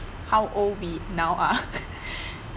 how old we now are